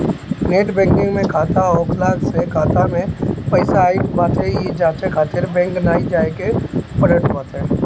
net banking में खाता होखला से खाता में पईसा आई बाटे इ जांचे खातिर बैंक नाइ जाए के पड़त बाटे